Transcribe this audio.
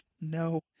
No